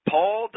Paul